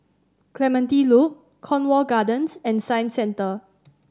Clementi Loop Cornwall Gardens and Science Center